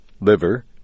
liver